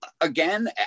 Again